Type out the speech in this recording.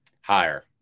Higher